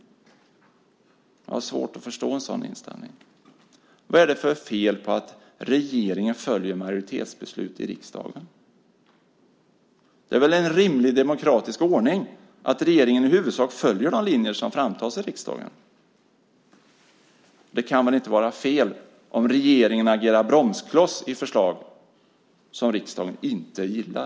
Jag har svårt att förstå en sådan inställning. Vad är det för fel på att regeringen följer majoritetsbeslut i riksdagen? Det är väl en rimlig demokratisk ordning att regeringen i huvudsak följer de riktlinjer som framtas i riksdagen. Det kan väl inte vara fel om regeringen agerar bromskloss i förslag som riksdagen inte gillar.